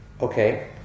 Okay